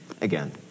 again